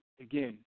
Again